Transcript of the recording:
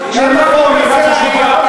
נאמרה פה אמירה חשובה.